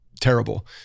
terrible